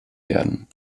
werden